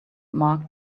mark